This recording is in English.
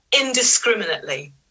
indiscriminately